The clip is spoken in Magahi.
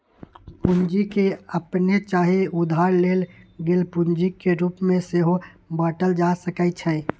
पूंजी के अप्पने चाहे उधार लेल गेल पूंजी के रूप में सेहो बाटल जा सकइ छइ